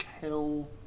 kill